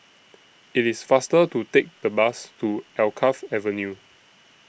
IT IS faster to Take The Bus to Alkaff Avenue